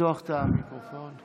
לפתוח בבקשה את המיקרופון.